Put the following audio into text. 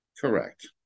correct